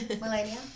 Melania